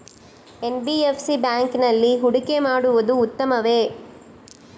NBFC ಬ್ಯಾಂಕಿನಲ್ಲಿ ಹೂಡಿಕೆ ಮಾಡುವುದು ಉತ್ತಮವೆ?